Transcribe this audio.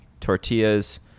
tortillas